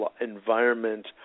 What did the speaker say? environment